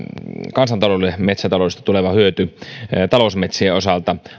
kansantaloudelle metsätaloudesta tuleva hyöty talousmetsien osalta